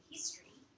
History